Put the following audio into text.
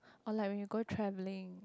or like when you go traveling